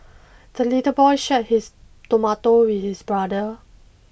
the little boy shared his tomato with his brother